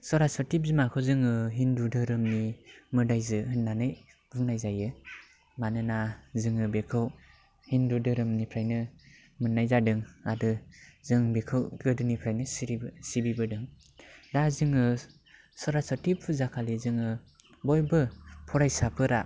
सर'सथि बिमाखौ जोङो हिन्दु धोरोमनि मोदायजो होननानै बुंनाय जायो मानोना जोङो बेखौ हिन्दु धोरोमनिफ्रायनो मोननाय जादों आरो जों बेखौ गोदोनिफ्रायनो सिबिबोदों दा जोङो सर'सथि फुजाखालि जोङो बयबो फरायसाफोरा